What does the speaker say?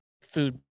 food